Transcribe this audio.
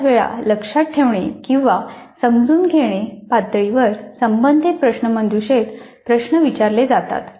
बर्याच वेळा लक्षात ठेवणे किंवा समजून घेणे पातळीवर संबंधित प्रश्नमंजुषेत प्रश्न वापरले जातात